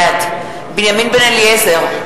בעד בנימין בן-אליעזר,